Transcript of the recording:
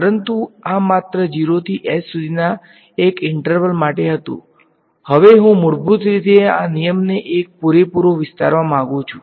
પરંતુ આ માત્ર 0 થી h સુધીના એક ઈંટર્વલ માટે હતું હવે હું મૂળભૂત રીતે આ નિયમને એક પુરેપરો વિસ્તારવા માંગુ છું